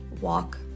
walk